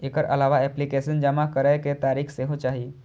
एकर अलावा एप्लीकेशन जमा करै के तारीख सेहो चाही